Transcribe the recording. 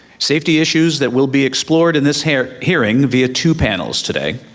safety issues that will be explored in this hearing hearing via two panels today.